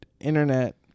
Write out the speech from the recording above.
internet